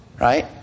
Right